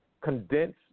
condense